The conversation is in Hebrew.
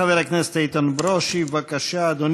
חבר הכנסת איתן ברושי, בבקשה, אדוני,